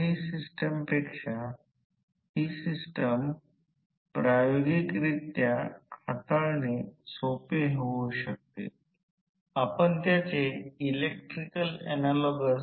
मी एक छोटासा एक्सरसाइज देत आहे की मी V1फरक किंवा V2 हा फरक चालक का लिहित आहे